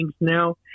now